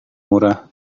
murah